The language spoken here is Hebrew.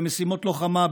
במשימות לוחמה,